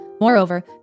Moreover